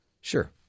sure